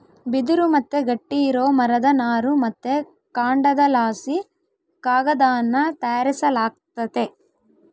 ಬಿದಿರು ಮತ್ತೆ ಗಟ್ಟಿ ಇರೋ ಮರದ ನಾರು ಮತ್ತೆ ಕಾಂಡದಲಾಸಿ ಕಾಗದಾನ ತಯಾರಿಸಲಾಗ್ತತೆ